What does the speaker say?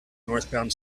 northbound